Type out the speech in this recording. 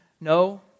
No